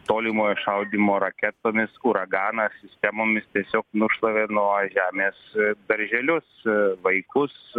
tolimojo šaudymo raketomis uraganas sistemomis tiesiog nušlavė nuo žemės darželius vaikus